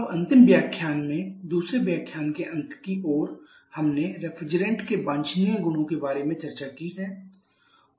अब अंतिम व्याख्यान में दूसरे व्याख्यान के अंत की ओर हमने रेफ्रिजरेंट के वांछनीय गुणों के बारे में चर्चा की है